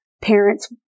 parents